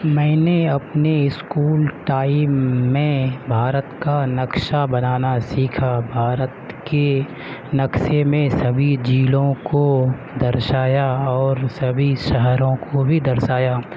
میں نے اپنے اسکول ٹائم میں بھارت کا نقشہ بنانا سیکھا بھارت کے نقشے میں سبھی ضلعوں کو درشایا اور سبھی شہروں کو بھی درشایا